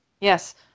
Yes